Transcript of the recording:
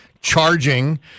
charging